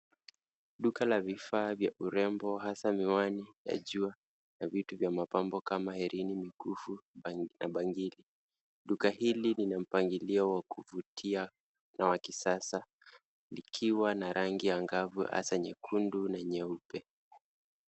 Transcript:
Duka la vifaa vya urembo hasa miwani ya jua na vitu ya mapambo kama herini, mikufu na bangili. Duka hili lina mpangilio wa kuvutia na wa kisasa likiwa na rangi angavu hasa nyekundu na nyeupe.